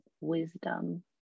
wisdom